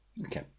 Okay